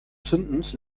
zündens